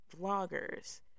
vloggers